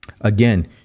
Again